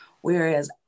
whereas